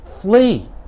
flee